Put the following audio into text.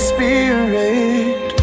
Spirit